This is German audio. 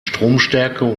stromstärke